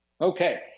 Okay